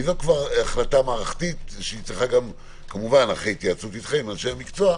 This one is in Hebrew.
כי זו כבר החלטה מערכתית כמובן אחרי התייעצות אתכם אנשי המקצוע.